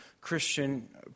Christian